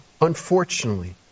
unfortunately